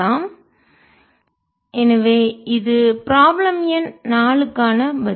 M0 B0 எனவே இது problem எண் 4 க்கான பதில்